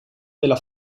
della